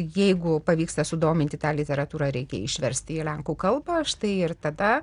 jeigu pavyksta sudominti tą literatūrą reikia išversti į lenkų kalbą štai ir tada